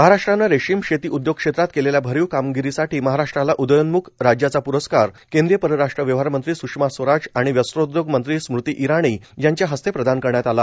महाराष्ट्राने रेशीम शेती उदयोग क्षेत्रात केलेल्या भरीव कामगिरीसाठी महाराष्ट्राला उदयोन्मुख राज्याचा प्रस्कार केंद्रीय परराष्ट्र व्यवहार मंत्री सुषमा स्वराज आणि वस्त्रोद्योग मंत्री स्मृती ईरानी यांच्या हस्ते प्रदान करण्यात आला